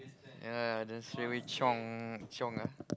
ya then straightaway chiong chiong ah